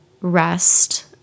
rest